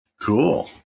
Cool